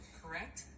correct